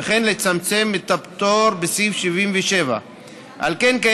וכן לצמצם את הפטור בסעיף 77. על כן,